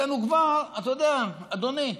אתה יודע, אדוני,